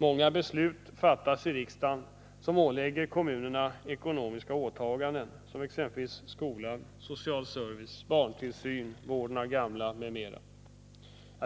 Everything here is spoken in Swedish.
Många beslut fattas i riksdagen som ålägger kommunerna ekonomiska åtaganden, exempelvis för skolan, social service, barntillsyn, vården av gamla m.m.